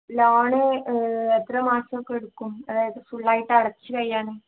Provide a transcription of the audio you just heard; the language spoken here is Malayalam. ലോണ് എത്ര മാസമൊക്കെ എടുക്കും അതായത് ഫുൾ ആയിട്ട് അടച്ചു കഴിയാൻ